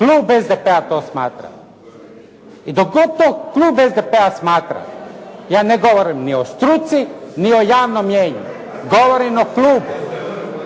Klub SDP-a to smatra i dok god to klub SDP-a smatra ja ne govorim ni o struci ni o javnom mnijenju. Govorim o klubu,